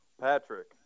patrick